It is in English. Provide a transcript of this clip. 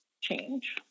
change